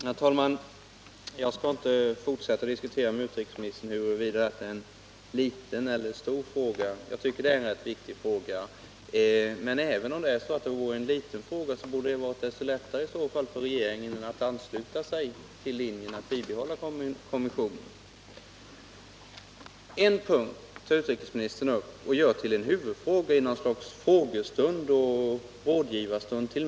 Herr talman! Jag skall inte fortsätta att diskutera med utrikesministern huruvida det är en liten eller stor fråga. Jag tycker att det är en rätt viktig fråga, men om den vore en liten fråga borde det i så fall vara desto lättare för regeringen att ansluta sig till linjen att bibehålla kommissionen. En punkt tog utrikesministern upp till något slags frågeoch rådgivningsstund.